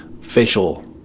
facial